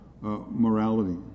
morality